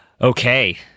Okay